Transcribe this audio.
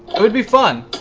it would be fun.